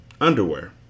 Underwear